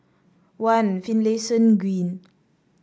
One Finlayson Green